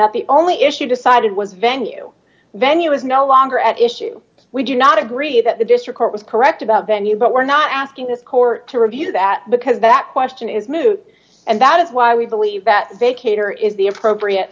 that the only issue decided was venue venue is no longer at issue we do not agree that the district court was correct about venue but we're not asking the court to review that because that question is moot and that is why we believe that they cater is the appropriate